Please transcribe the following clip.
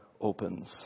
opens